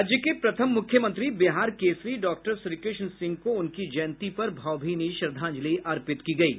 राज्य के प्रथम मुख्यमंत्री बिहार केसरी डॉक्टर श्रीकृष्ण सिंह को उनकी जयंती पर भावभीनी श्रद्धांजलि अर्पित की गयी